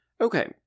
Okay